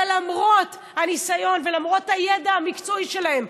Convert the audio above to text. ולמרות הניסיון ולמרות הידע המקצועי שלהם,